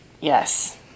yes